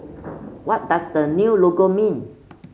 what does the new logo mean